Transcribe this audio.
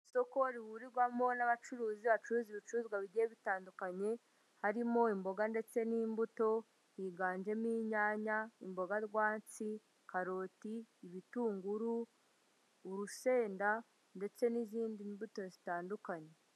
Isoko rihurirwamo n'abacuruzi bacuruza ibicuruzwa bigiye bitandukanye, harimo imboga ndetse n'imbuto higanjemo inyanya, imboga rwatsi, karoti, ibitunguru, urusenda ndetse n'izindi mbuto zitandukanye.